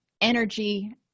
energy